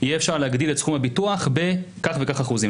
יהיה אפשר להגדיל את סכום הביטוח בכך וכך אחוזים,